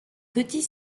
petit